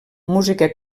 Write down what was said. música